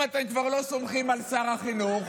אם אתם כבר לא סומכים על שר החינוך,